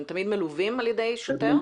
הם תמיד מלווים על ידי שוטר?